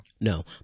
No